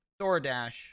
DoorDash